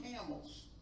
camels